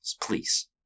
please